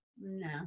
No